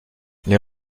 les